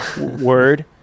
word